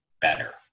better